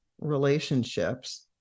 relationships